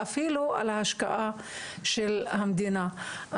אפילו בהשקעה של המדינה.